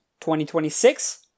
2026